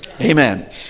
Amen